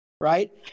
right